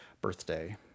birthday